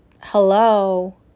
Hello